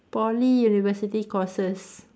Poly university courses